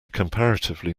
comparatively